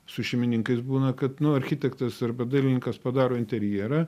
su šeimininkais būna kad nu architektas arba dailininkas padaro interjerą